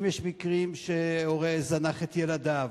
אם יש מקרים שהורה זנח את ילדיו,